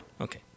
Okay